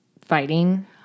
Fighting